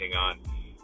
on